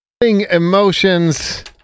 Emotions